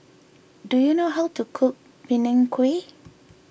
do you know how to cook Png Kueh